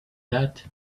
that